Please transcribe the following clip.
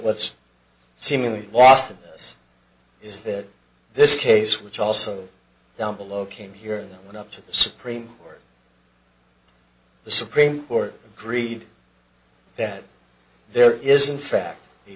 what's seemingly lost this is that this case which also down below came here and went up to the supreme court the supreme court agreed that there is in fact the